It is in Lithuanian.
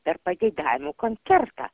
per pageidavimų koncertą